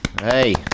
Hey